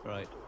Right